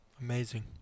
Amazing